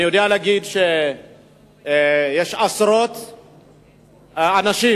אני יודע להגיד שיש עשרות אנשים,